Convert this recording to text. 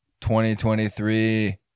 2023